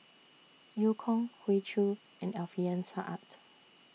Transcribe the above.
EU Kong Hoey Choo and Alfian Sa'at